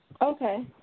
Okay